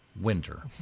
winter